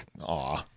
Aw